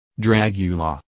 Dragula